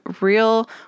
real